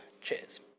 Cheers